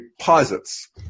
posits